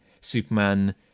superman